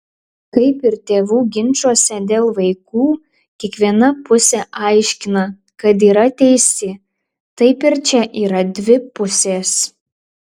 kaip ir tėvų ginčuose dėl vaikų kiekviena pusė aiškina kad yra teisi taip ir čia yra dvi pusės